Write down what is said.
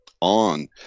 on